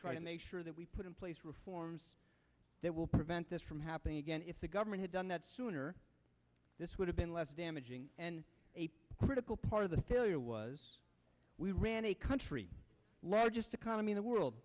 try to make sure that we put in place reforms that will prevent this from happening again if the government had done that sooner this would have been less damaging and a critical part of the failure was we ran a country largest economy the world